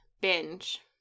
binge